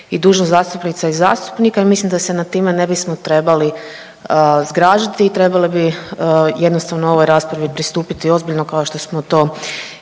i dužnost zastupnica i zastupnika i mislim da se nad time ne bismo trebali zgražati i trebali bi jednostavno ovoj raspravi pristupiti ozbiljno kao što smo to